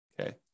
Okay